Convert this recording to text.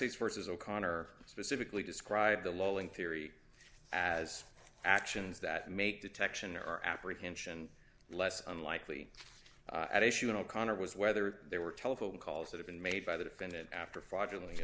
states versus o'connor specifically described the lowing theory as actions that make detection or apprehension less unlikely at issue in o'connor was whether there were telephone calls that have been made by the defendant after fraudulent